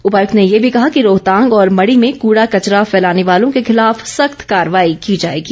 उपायुक्त ने ये भी कहा कि रोहतांग और मढ़ी में कूड़ा कचरा फैलाने वालों के खिलाफ सख्त कार्रवाई की जाएगी